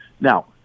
now